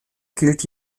gilt